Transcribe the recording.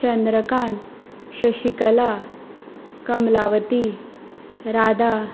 Chandrakant Shashikala Kamalavati Radha